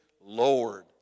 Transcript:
Lord